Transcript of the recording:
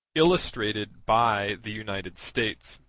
illustrated by the united states